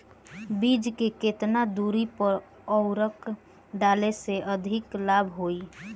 बीज के केतना दूरी पर उर्वरक डाले से अधिक लाभ होई?